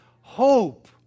hope